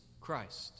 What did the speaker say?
Christ